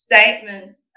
statements